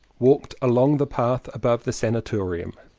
walked along the path above the san atorium.